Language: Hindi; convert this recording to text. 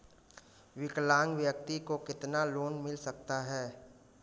विकलांग व्यक्ति को कितना लोंन मिल सकता है?